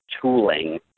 tooling